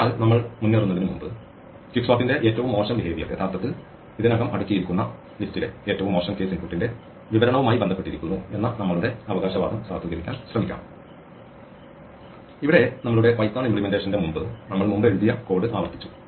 അതിനാൽ നമ്മൾ മുന്നേറുന്നതിനുമുമ്പ് ക്വിക്സോർട്ടിന്റെ ഏറ്റവും മോശം പെരുമാറ്റം യഥാർത്ഥത്തിൽ ഇതിനകം അടുക്കിയിരിക്കുന്ന പട്ടികയിലെ ഏറ്റവും മോശം കേസ് ഇൻപുട്ടിന്റെ വിവരണവുമായി ബന്ധപ്പെട്ടിരിക്കുന്നു എന്ന നമ്മളുടെ അവകാശവാദം സാധൂകരിക്കാൻ ശ്രമിക്കാം ഇവിടെ നമ്മളുടെ പൈത്തൺ ഇമ്പ്ലിമെൻറ്റേഷന്റെ മുമ്പ് നമ്മൾ മുമ്പ് എഴുതിയ കോഡ് ആവർത്തിച്ചു